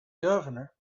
governor